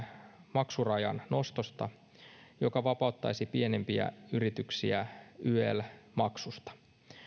maksurajan nostosta joka vapauttaisi pienimpiä yrityksiä yel maksusta